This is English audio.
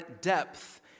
depth